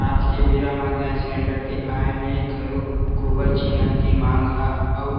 आज के बेरा म गेंस सिलेंडर के आय ले घलोक गोबर छेना के मांग ह अउ